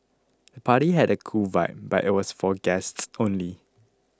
the party had a cool vibe but it was for guests only